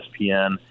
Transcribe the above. espn